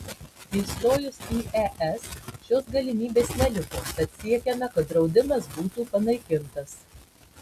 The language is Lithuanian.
įstojus į es šios galimybės neliko tad siekiame kad draudimas būtų panaikintas